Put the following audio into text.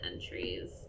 entries